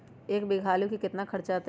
एक बीघा आलू में केतना खर्चा अतै?